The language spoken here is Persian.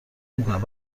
نمیکند